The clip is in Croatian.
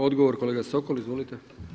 Odgovor kolega Sokol, izvolite.